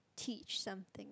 teach something